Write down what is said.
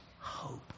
hope